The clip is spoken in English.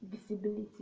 visibility